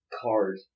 Card